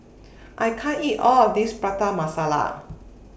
I can't eat All of This Prata Masala